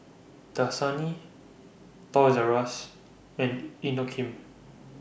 Dasani Toys R US and Inokim